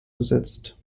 besetzt